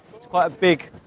it's quite a big